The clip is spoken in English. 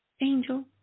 Angel